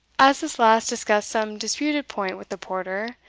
as this last discussed some disputed point with the porter,